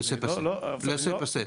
לסה-פסה.